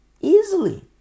easily